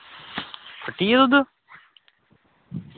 फट्टी गेआ दुद्ध